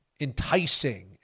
enticing